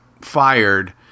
fired